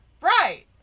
Right